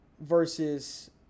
versus